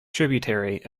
tributary